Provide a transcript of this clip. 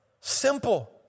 simple